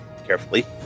carefully